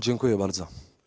Dziękuję bardzo.